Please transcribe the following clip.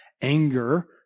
anger